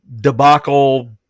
debacle